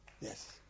Yes